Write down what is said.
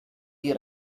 tea